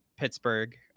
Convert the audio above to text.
Pittsburgh